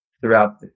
throughout